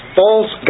false